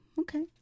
Okay